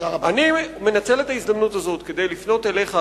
אני מנצל את ההזדמנות הזאת כדי לפנות אליך,